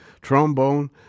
Trombone